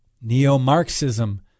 Neo-Marxism